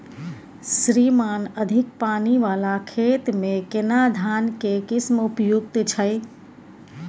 श्रीमान अधिक पानी वाला खेत में केना धान के किस्म उपयुक्त छैय?